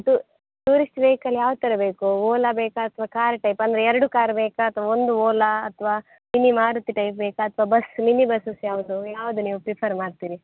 two tourist vehicle ಯಾವ ಥರ ಬೇಕು ವೋಲ ಬೇಕಾ ಅಥವಾ ಕಾರ್ ಟೈಪ್ ಅಂದರೆ ಎರಡು ಕಾರ್ ಬೇಕಾ ಅಥವಾ ಒಂದು ವೋಲ ಅಥವಾ ಮಿನಿ ಮಾರುತಿ ಟೈಪ್ ಬೇಕಾ ಅಥವಾ ಬಸ್ ಮಿನಿ ಬಸ್ಸಸ್ ಯಾವುದು ಯಾವುದು ನೀವು ಪ್ರಿಫರ್ ಮಾಡ್ತೀರಿ